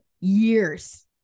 years